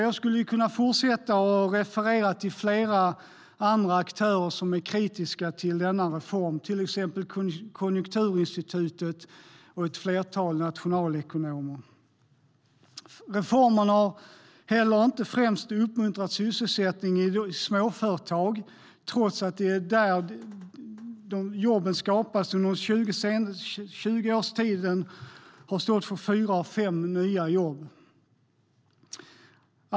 Jag skulle kunna fortsätta att referera till flera andra aktörer som är kritiska till denna reform, till exempel Konjunkturinstitutet och ett flertal nationalekonomer. Reformen har heller inte främst uppmuntrat sysselsättningen i småföretag, trots att det är där som jobben skapats. Under 20 års tid har de stått för fyra av fem nya jobb.